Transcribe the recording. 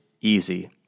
easy